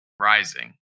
Rising